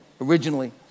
originally